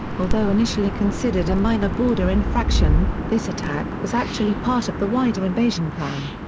although initially considered a minor border infraction, this attack was actually part of the wider invasion plan.